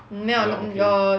没有那 err